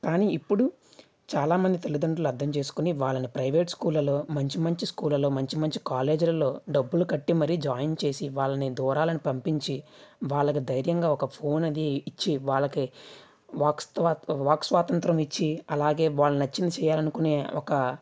కానీ ఇప్పుడు చాలామంది తల్లిదండ్రులు అర్థం చేసుకొని వాళ్ళని ప్రైవేట్ స్కూళ్ళలో మంచి మంచి స్కూళ్ళలో మంచి మంచి కాలేజీలలో డబ్బులు కట్టి మరీ జాయిన్ చేసి వాళ్ళని దూరాలను పంపించి వాళ్ళకు ధైర్యంగా ఒక ఫోన్ అది ఇచ్చి వాళ్ళకి వాక్స్వాతంత్రం ఇచ్చి అలాగే వాళ్ళు వచ్చిన చేయాలనుకునే ఒక